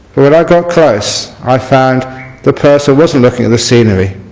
when i got close i found the person wasn't looking at the scenery